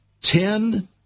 ten